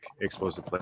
explosive